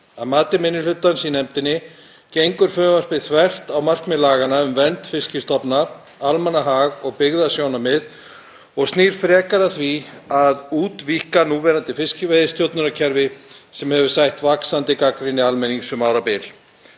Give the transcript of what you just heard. Að mati minni hlutans í nefndinni gengur frumvarpið þvert á markmið laganna um vernd fiskstofna, almannahag og byggðasjónarmið og snýr frekar að því að útvíkka núverandi fiskveiðistjórnarkerfi sem hefur sætt vaxandi gagnrýni almennings um árabil.